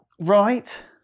Right